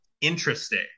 interesting